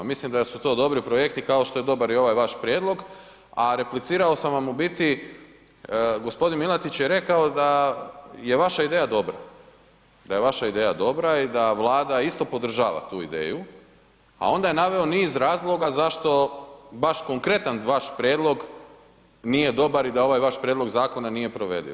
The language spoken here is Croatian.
Mislim da su to dobri projekti kao što je dobar i ovaj vaš prijedlog, a replicirao sam vam u biti, gospodin Milatić je rekao da je vaša ideja dobra, da je vaša ideja dobra i da Vlada isto podržava tu ideju, a onda je naveo niz razloga zašto baš konkretan vaš prijedlog nije dobar i da ovaj vaš prijedlog zakona nije provediv.